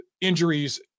injuries